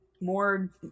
more